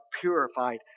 purified